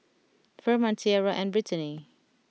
Furman Tiarra and Britany